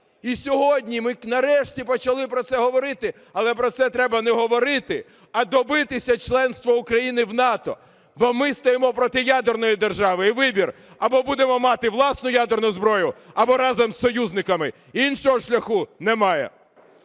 І сьогодні ми, нарешті, почали про це говорити. Але про це треба не говорити, а добитися членства України в НАТО, бо ми стоїмо проти ядерної держави, і вибір: або будемо мати власну ядерну зброю, або разом з союзниками. Іншого шляху немає.